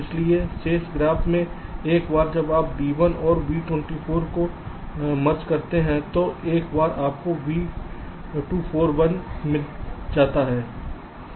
इसलिए शेष ग्राफ़ में एक बार जब आप V1 और V24 को मर्ज करते हैं तो एक बार आपको V241 मिल जाता है